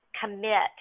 commit